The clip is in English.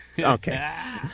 Okay